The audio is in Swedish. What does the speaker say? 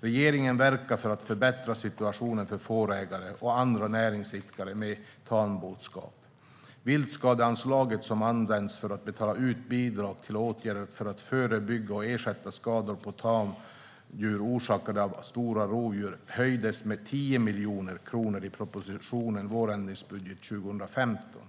Regeringen verkar för att förbättra situationen för fårägare och andra näringsidkare med tamboskap. Viltskadeanslaget, som används för att betala ut bidrag till åtgärder för att förebygga och ersätta skador på tamdjur orsakade av stora rovdjur, höjdes med 10 miljoner kronor i propositionen Vårändringsbudget för 2015 .